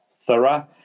thorough